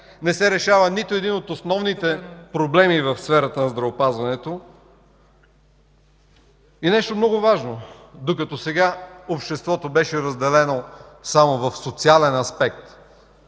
Не се решава нито един от основните проблеми в сферата на здравеопазването! И нещо много важно. Докато сега обществото беше разделено само в социален аспект